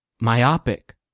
Myopic